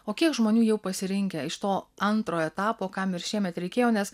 o kiek žmonių jau pasirinkę iš to antrojo etapo kam ir šiemet reikėjo nes